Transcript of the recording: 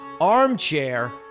armchair